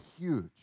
huge